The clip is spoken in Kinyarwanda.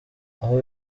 aho